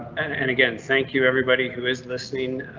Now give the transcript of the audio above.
and and again, thank you everybody who is listening.